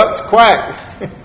quack